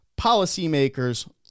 policymakers